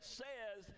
says